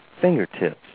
fingertips